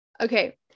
Okay